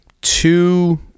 two